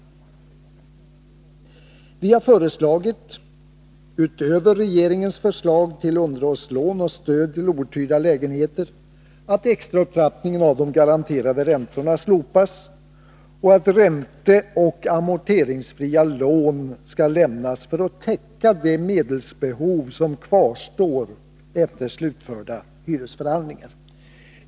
Vi har föreslagit — utöver regeringens förslag till underhållslån och stöd till outhyrda lägenheter — att extraupptrappningen av de garanterade räntorna skulle slopas och att ränteoch amorteringsfria lån skall lämnas för att täcka det medelsbehov som kvarstår efter slutförda hyresförhandlingar.